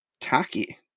tacky